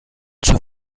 zur